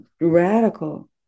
radical